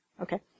okay